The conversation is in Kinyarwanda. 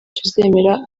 tuzemera